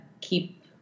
keep